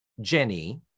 Jenny